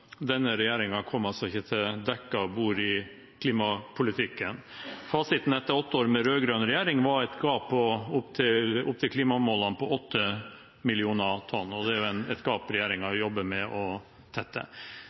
denne regjeringen kom ikke til dekket bord i klimapolitikken. Fasiten etter åtte år med rød-grønn regjering var et gap opp til klimamålene på 8 millioner tonn, og det er et gap regjeringen jobber med å tette.